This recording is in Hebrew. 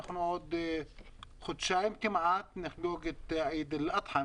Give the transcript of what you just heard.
עוד חודשיים כמעט נחגוג את עיד אל אדחה,